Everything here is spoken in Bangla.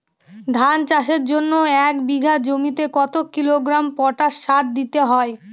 ধান চাষের জন্য এক বিঘা জমিতে কতো কিলোগ্রাম পটাশ সার দিতে হয়?